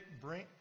bring